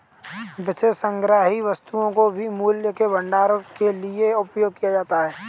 विशेष संग्रहणीय वस्तुओं को भी मूल्य के भंडारण के लिए उपयोग किया जाता है